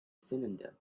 cylinder